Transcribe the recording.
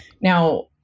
Now